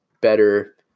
better